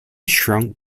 shrunk